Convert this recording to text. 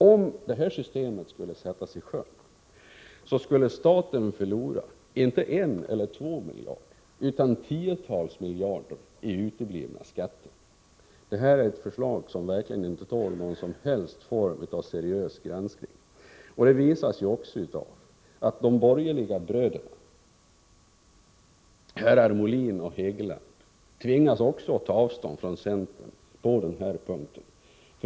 Om det systemet skulle sättas i sjön skulle staten förlora inte en eller två miljarder utan tiotals miljarder i uteblivna skatter. Det är ett förslag som verkligen inte tål någon som helst form av seriös granskning. Det visas också av att de borgerliga bröderna — herrar Molin och Hegeland — tvingas ta avstånd från centern på den här punkten.